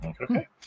okay